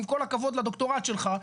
עם כל הכבוד לדוקטורט שלך,